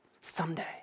someday